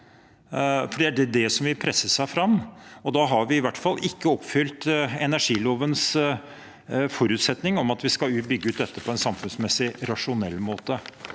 det er det som vil presse seg fram. Da har vi i hvert fall ikke oppfylt energilovens forutsetning om at vi skal bygge ut dette på en samfunnsmessig rasjonell måte.